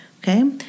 okay